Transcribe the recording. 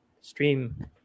stream